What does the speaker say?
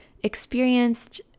experienced